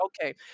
Okay